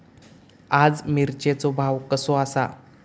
आज मिरचेचो भाव कसो आसा?